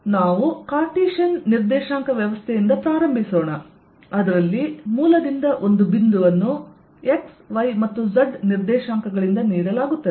ಆದ್ದರಿಂದ ನಾವು ಕಾರ್ಟಿಸಿಯನ್ ನಿರ್ದೇಶಾಂಕ ವ್ಯವಸ್ಥೆಯಿಂದ ಪ್ರಾರಂಭಿಸೋಣ ಅದರಲ್ಲಿ ಮೂಲದಿಂದ ಒಂದು ಬಿಂದುವನ್ನು x y ಮತ್ತು z ನಿರ್ದೇಶಾಂಕಗಳಿಂದ ನೀಡಲಾಗುತ್ತದೆ